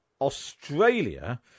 Australia